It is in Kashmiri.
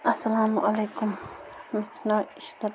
اَلسلامُ علیکُم مےٚ چھِ ناو اِشرَت